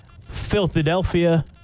Philadelphia